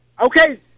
Okay